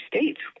states